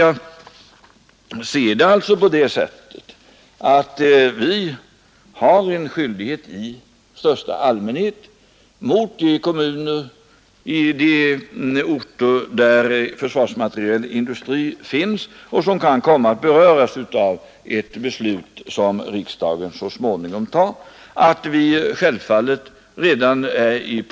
Jag ser det alltså på det sättet att vi har en skyldighet i största allmänhet mot de kommuner, de orter, där försvarsmaterielindustri finns och som kan komma att beröras av ett beslut som riksdagen så småningom fattar. Av interpellationssvaret framgår att vi .